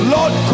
Lord